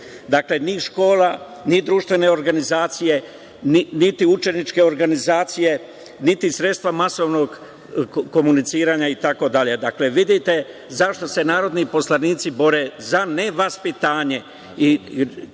delu. Dakle, ni škola, ni društvene organizacije, niti učeničke organizacije, niti sredstva masovnog komuniciranja, itd. Vidite zašto se narodni poslanici bore za nevaspitanje.